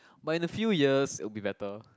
but in a few years it'll be better